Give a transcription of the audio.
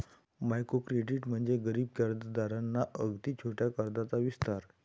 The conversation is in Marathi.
मायक्रो क्रेडिट म्हणजे गरीब कर्जदारांना अगदी छोट्या कर्जाचा विस्तार